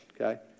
okay